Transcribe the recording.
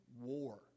war